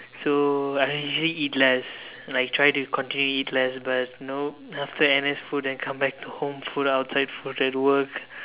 so I'll usually eat less like tried to continue to eat less but no after N_S food then come back home food outside food at work